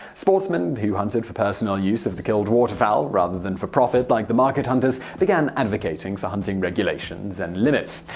sportsmen who hunted for personal use of the killed waterfowl, rather than for profit like the market hunters, began advocating for hunting regulations and limits.